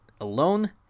alone